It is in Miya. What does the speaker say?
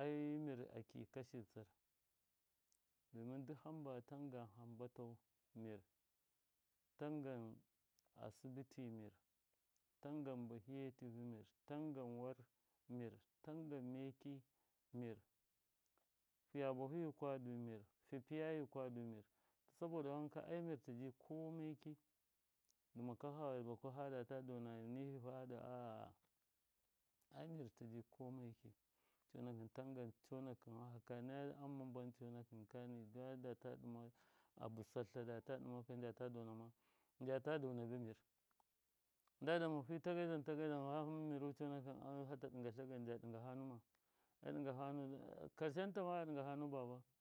ai mir a ki kashi tsir domin tangan hambatau mir tangan asibiti mir tangan bahiye tivɨ mir tangan war mir tangan meki mir fiya bahu yikwa du mir fa piya yikwa du mir saboda wanka ai mir ji kome ki dɨma kwafa ha baku hadata dona nihu a. a ai mir tiji kome ki conakɨn tangan conakɨma haka naya am ma mbam conakɨni abɨsɨtla njata donama njata dona ba mir ndama fi tagadon tagadon hama mɨi conakɨn am hata ɗɨngatla gan nja ɗɨnga fa ndu ma karshen ta ma ɗɨnga fa ndu baba.